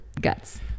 guts